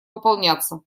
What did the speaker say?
выполняться